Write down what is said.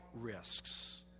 risks